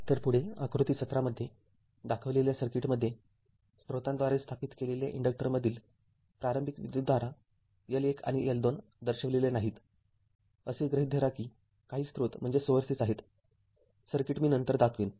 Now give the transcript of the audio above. तरपुढे आकृती १७ मध्ये दाखविलेल्या सर्किटमध्ये स्त्रोतांद्वारे स्थापित केलेल्या इन्डक्टरमधील प्रारंभिक विद्युतधारा L१ आणि L२ दर्शविलेल्या नाहीत असे गृहीत धरा की काही स्त्रोत आहेत सर्किट मी नंतर दाखवेन